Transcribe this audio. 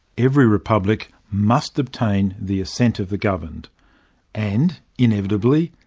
every republic must obtain the assent of the governed and, inevitably,